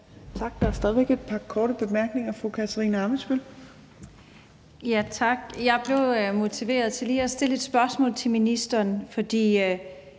Tak. Der er stadig væk et par korte bemærkninger. Fru Katarina Ammitzbøll.